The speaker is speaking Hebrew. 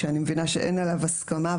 ואני מבינה שאין עליו הסכמה,